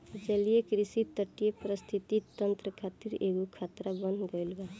जलीय कृषि तटीय परिस्थितिक तंत्र खातिर एगो खतरा बन गईल बा